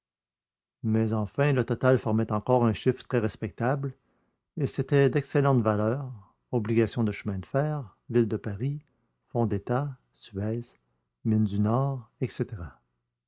mais enfin le total formait encore un chiffre très respectable et c'étaient d'excellentes valeurs obligations de chemins de fer villes de paris fonds d'état suez mines du nord etc